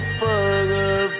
further